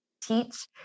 teach